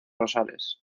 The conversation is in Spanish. rosales